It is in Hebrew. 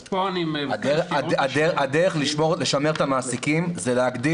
אז פה אני --- הדרך לשמר את המעסיקים זה להגדיל